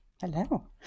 Hello